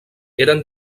eren